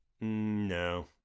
no